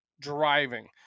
Driving